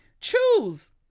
choose